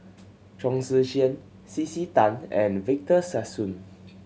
Chong Tze Chien C C Tan and Victor Sassoon